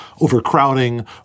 overcrowding